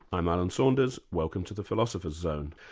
i'm alan saunders, welcome to the philosopher's zone.